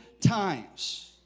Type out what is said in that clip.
times